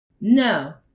No